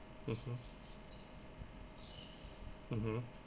mmhmm mmhmm